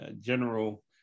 general